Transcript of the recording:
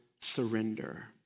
surrender